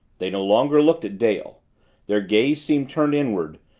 they no longer looked at dale their gaze seemed turned inward,